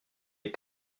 est